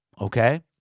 okay